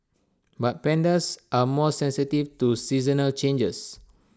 but pandas are more sensitive to seasonal changes